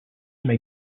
may